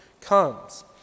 comes